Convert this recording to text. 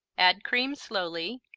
add cream slowly,